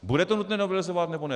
Bude to nutné novelizovat, nebo ne?